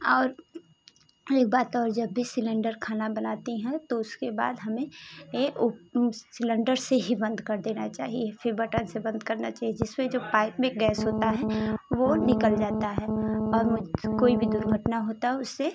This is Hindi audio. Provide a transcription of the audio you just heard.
और एक बात और जब भी सिलेंडर खाना बनाती हैं तो उसके बाद हमें ए सिलेंडर से ही बंद कर देना चाहिए फिर बटन से बंद करना चाहिए जिसमें जो पाइप में गैस होता है वो निकल जाता है और मुझे कोई भी दुर्घटना होता है उससे